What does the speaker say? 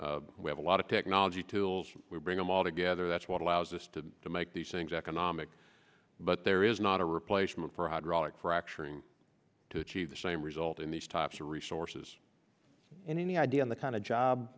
wells we have a lot of technology tools we bring them all together that's what allows us to to make these things economic but there is not a replacement for hydraulic fracturing to achieve the same result in these types of resources any idea on the kind of job